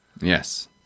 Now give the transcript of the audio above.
Yes